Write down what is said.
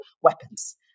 weapons